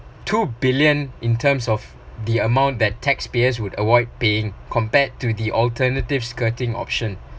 two billion in terms of the amount that taxpayers would avoid paying compared to the alternative skirting option